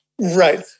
Right